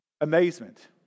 amazement